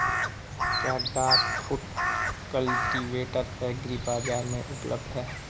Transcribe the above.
क्या duck foot cultivator agri बाज़ार में उपलब्ध है?